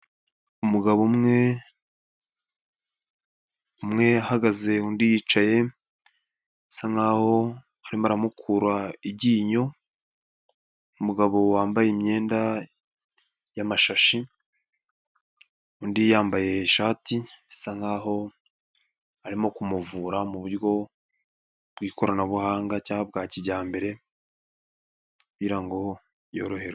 Umugabo umwe, umwe yahagaze, undi yicaye, asa nk'aho arimo aramukura iryinyo, umugabo wambaye imyenda y'amashashi, undi yambaye ishati bisa nk'aho arimo kumuvura mu buryo bw'ikoranabuhanga cyangwa bwa kijyambere, kugira ngo yoroherwe.